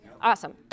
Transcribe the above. Awesome